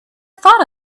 thought